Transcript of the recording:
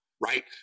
right